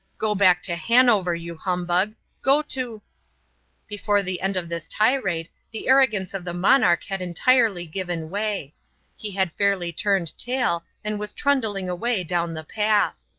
go back to hanover, you humbug? go to before the end of this tirade the arrogance of the monarch had entirely given way he had fairly turned tail and was trundling away down the path.